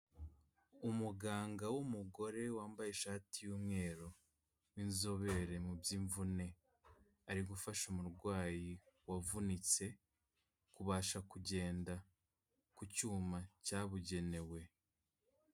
Umuganga w'umugore wambaye ishati y'umweru w'inzobere mu by'imvune ari gufasha umurwayi wavunitse kubasha kugenda ku cyuma cyabugenewe.